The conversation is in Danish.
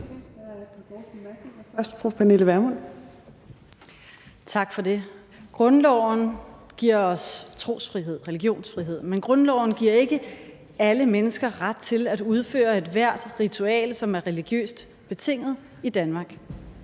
Kl. 17:30 Pernille Vermund (NB): Tak for det. Grundloven giver os trosfrihed, religionsfrihed, men grundloven giver ikke alle mennesker ret til at udføre ethvert ritual, som er religiøst betinget, i Danmark.